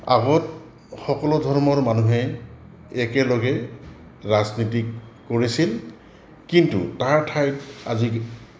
আগত সকলো ধৰ্মৰ মানুহে একেলগে ৰাজনীতি কৰিছিল কিন্তু তাৰ ঠাইত আজি